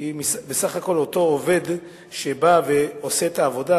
כי בסך הכול אותו עובד שעושה את העבודה,